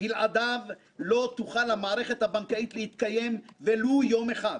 בלעדיו לא תוכל המערכת הבנקאית להתקיים ולו יום אחד.